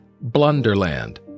Blunderland